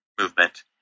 movement